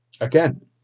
Again